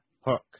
Hook